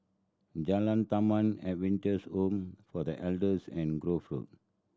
Jalan Taman Adventist Home for The Elders and Grove Road